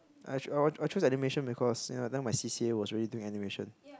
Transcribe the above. I I'll chose animation because you know that time my C_C_A was already doing animation